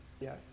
Yes